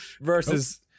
versus